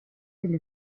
degli